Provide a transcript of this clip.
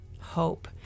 hope